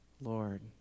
Lord